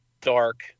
dark